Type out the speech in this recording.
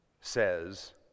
says